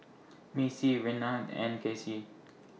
Macie Renard and Casie